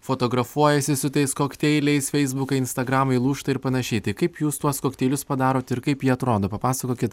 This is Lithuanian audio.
fotografuojasi su tais kokteiliais feisbukai instagramai lūžta ir panašiai tai kaip jūs tuos kokteilius padarot ir kaip jie atrodo papasakokit